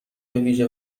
بویژه